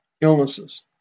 illnesses